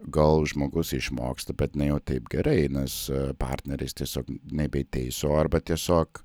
gal žmogus išmoksta bet ne jau taip gerai einas partneris tiesiog nebeteiso arba tiesiog